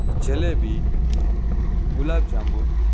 jalebi gulab જાંબુ